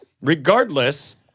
Regardless